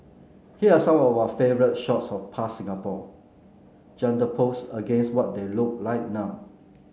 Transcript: here are some of our favourite shots of past Singapore juxtaposed against what they look like now